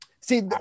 see